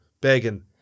begging